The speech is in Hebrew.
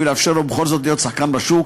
ולאפשר לו בכל זאת להיות שחקן בשוק,